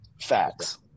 Facts